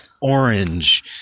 orange